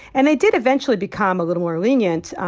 and they did eventually become a little more lenient,